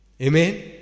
Amen